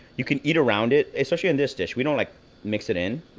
you can eat around it, especially in this dish. we don't like mix it in.